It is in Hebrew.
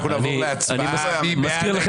מי בעד?